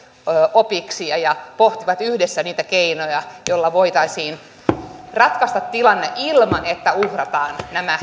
opiksi ja ja pohdita yhdessä niitä keinoja joilla voitaisiin ratkaista tilanne ilman että uhrataan nämä